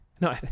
No